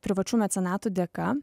privačių mecenatų dėka